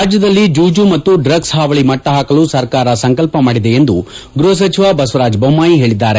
ರಾಜ್ಯದಲ್ಲಿ ಜೂಜು ಮತ್ತು ಡ್ರಗ್ಸ್ ಹಾವಳಿ ಮಣ್ಣ ಹಾಕಲು ಸರ್ಕಾರ ಸಂಕಲ್ಪ ಮಾಡಿದೆ ಎಂದು ಗೃಹ ಸಚಿವ ಬಸವರಾಜ ಬೊಮ್ಮಾಯಿ ಹೇಳಿದ್ದಾರೆ